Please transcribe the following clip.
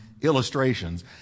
illustrations